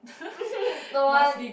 don't want